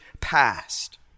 past